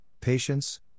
patience